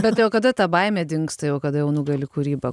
bet tai o kada ta baimė dingsta jau kada jau nugali kūryba